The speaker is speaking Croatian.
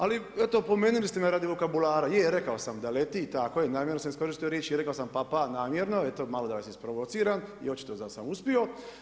Ali eto opomenuli ste me radi vokabulara, je, rekao sam da leti i tako je, namjerno sam iskoristio riječ i rekao sam pa-pa namjerno, eto malo da vas isprovociram i očito da sam uspio.